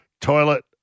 Toilet